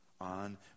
on